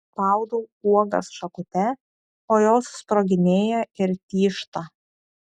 spaudau uogas šakute o jos sproginėja ir tyžta